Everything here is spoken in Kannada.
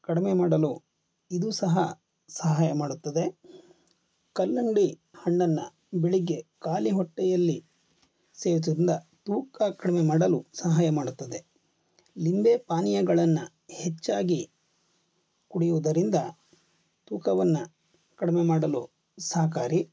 ಕಡಿಮೆ ಮಾಡಲು ಇದು ಸಹ ಸಹಾಯ ಮಾಡುತ್ತದೆ ಕಲ್ಲಂಗಡಿ ಹಣ್ಣನ್ನು ಬೆಳಗ್ಗೆ ಖಾಲಿ ಹೊಟ್ಟೆಯಲ್ಲಿ ಸೇವಿಸುದರಿಂದ ತೂಕ ಕಡಿಮೆ ಮಾಡಲು ಸಹಾಯ ಮಾಡುತ್ತದೆ ನಿಂಬೆ ಪಾನೀಯಗಳನ್ನು ಹೆಚ್ಚಾಗಿ ಕುಡಿಯುವುದರಿಂದ ತೂಕವನ್ನು ಕಡಿಮೆ ಮಾಡಲು ಸಹಕಾರಿ